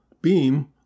beam